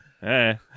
Hey